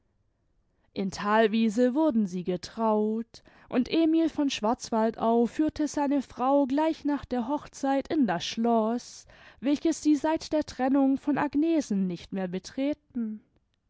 in thalwiese wurden sie getraut und emil von schwarzwaldau führte seine frau gleich nach der hochzeit in das schloß welches sie seit der trennung von agnesen nicht mehr betreten